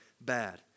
bad